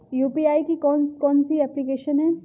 UPI की कौन कौन सी एप्लिकेशन हैं?